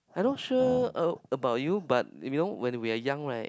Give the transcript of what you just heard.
I not sure uh about you but you know when we are young right